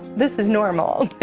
this is normal